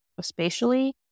spatially